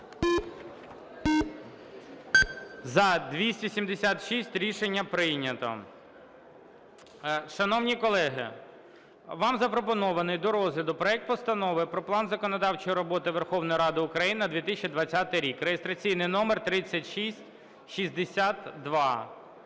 За-276 Рішення прийнято. Шановні колеги, вам запропонований до розгляду проект Постанови про План законодавчої роботи Верховної Ради України на 2020 рік (реєстраційний номер 3662).